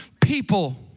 people